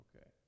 Okay